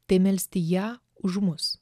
tai melsti ją už mus